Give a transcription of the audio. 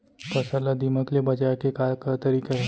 फसल ला दीमक ले बचाये के का का तरीका हे?